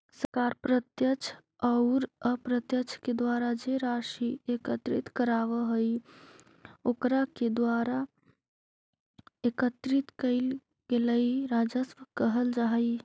सरकार प्रत्यक्ष औउर अप्रत्यक्ष के द्वारा जे राशि के एकत्रित करवऽ हई ओकरा के द्वारा एकत्रित कइल गेलई राजस्व कहल जा हई